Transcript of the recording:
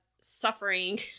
suffering